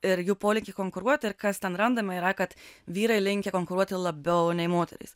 ir jų polinkį konkuruoti ir kas ten randama yra kad vyrai linkę konkuruoti labiau nei moterys